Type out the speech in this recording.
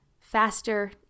faster